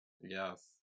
Yes